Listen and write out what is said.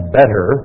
better